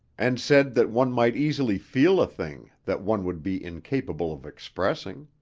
and said that one might easily feel a thing that one would be incapable of expressing.